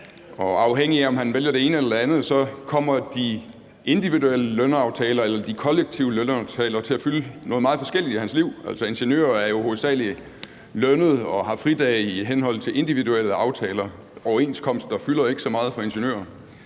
afhængig af om han vælger det ene eller det andet, kommer de individuelle lønaftaler eller de kollektive lønaftaler til at fylde noget meget forskelligt i hans liv. Altså, ingeniører er hovedsagelig lønnet og har fridage i henhold til individuelle aftaler – overenskomster fylder ikke så meget for ingeniører.